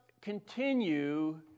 continue